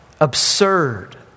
absurd